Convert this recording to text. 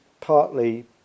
partly